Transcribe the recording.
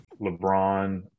LeBron